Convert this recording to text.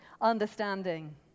understanding